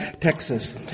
Texas